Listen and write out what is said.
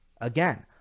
Again